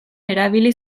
erabili